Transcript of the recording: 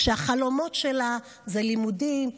כשהחלומות שלה זה לימודים,